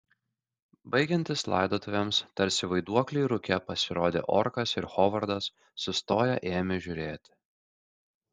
baigiantis laidotuvėms tarsi vaiduokliai rūke pasirodė orkas ir hovardas sustoję ėmė žiūrėti